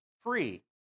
free